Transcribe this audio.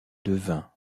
devint